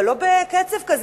אבל לא בקצב כזה.